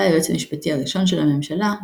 בא היועץ המשפטי הראשון של הממשלה,